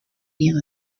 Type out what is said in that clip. been